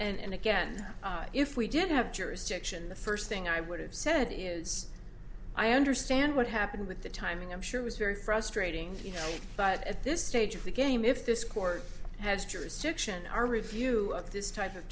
it and again if we did have jurisdiction the first thing i would have said is i understand what happened with the timing i'm sure was very frustrating but at this stage of the game if this court has jurisdiction our review of this type of